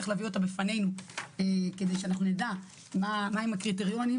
צריך להביא אותה בפנינו כדי שנדע מה הם הקריטריונים